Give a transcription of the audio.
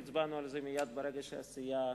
והצבענו על זה מייד ברגע שהסיעה